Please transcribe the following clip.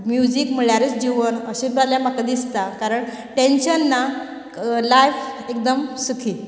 music म्हणल्यारच जीवन अशें जाल्यार म्हाका दिसता कारण टेंन्शन ना लायफ एकदम सुखी